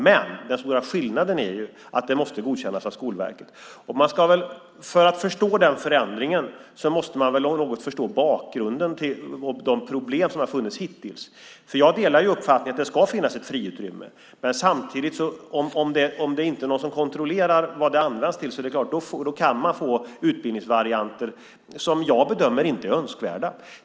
Men den stora skillnaden är att det måste godkännas av Skolverket. För att förstå den förändringen måste man förstå bakgrunden och de problem som hittills funnits. Jag delar uppfattningen att det ska finnas ett friutrymme. Om det inte är någon som kontrollerar vad det används till kan man få utbildningsvarianter som jag bedömer inte är önskvärda.